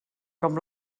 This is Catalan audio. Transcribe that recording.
com